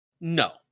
No